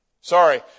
Sorry